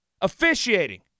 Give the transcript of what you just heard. Officiating